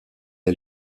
est